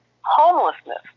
homelessness